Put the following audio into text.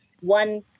one